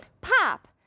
Pop